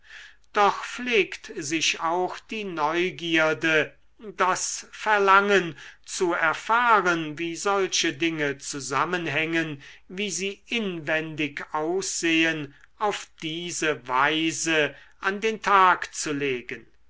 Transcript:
doch pflegt sich auch die neugierde das verlangen zu erfahren wie solche dinge zusammenhängen wie sie inwendig aussehen auf diese weise an den tag zu legen